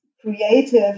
creative